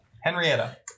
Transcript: Henrietta